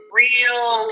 real